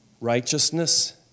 righteousness